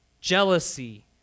jealousy